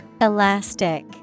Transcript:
Elastic